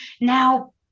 Now